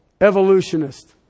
evolutionist